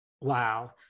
Wow